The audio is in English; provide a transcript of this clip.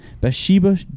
Bathsheba